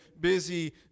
busy